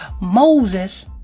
Moses